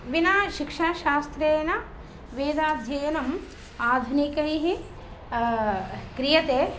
विना शिक्षाशास्त्रेण वेदाध्ययनम् आधुनिकैः क्रियते